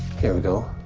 here we go.